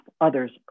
others